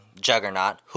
juggernaut